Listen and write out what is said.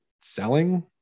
selling